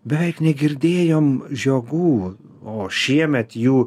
beveik negirdėjom žiogų o šiemet jų